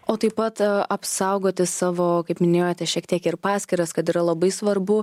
o taip pat apsaugoti savo kaip minėjote šiek tiek ir paskyras kad yra labai svarbu